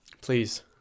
Please